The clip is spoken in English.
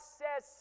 says